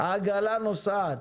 העגלה נוסעת.